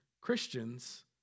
Christians